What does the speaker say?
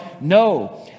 No